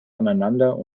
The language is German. aneinander